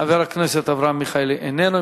חבר הכנסת אברהם מיכאלי, איננו.